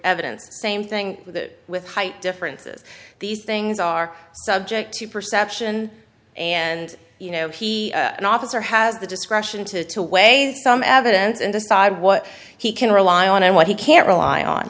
evidence same thing with height differences these things are subject to perception and you know he an officer has the discretion to to weigh some evidence and decide what he can rely on and what he can't rely on